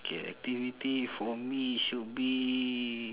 okay activity for me should be